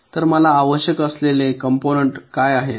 तर मला आवश्यक असलेले कॅम्पोनन्ट काय आहेत